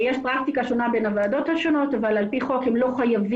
יש פרקטיקה שונה בין הוועדות השונות אבל על פי חוק הם לא חייבים